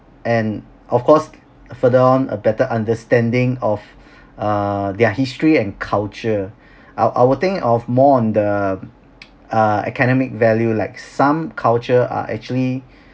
and of course further on a better understanding of err their history and culture I I'll think of more on the uh academic value like some culture are actually